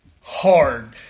hard